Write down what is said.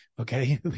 okay